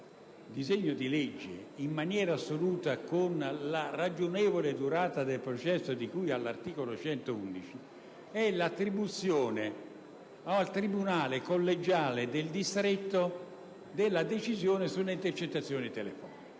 disegno di legge contrasta in maniera assoluta con la ragionevole durata del processo, di cui all'articolo 111 della Costituzione, è l'attribuzione al tribunale collegiale del distretto della decisione sulle intercettazioni telefoniche.